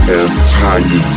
entire